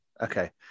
Okay